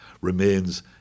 remains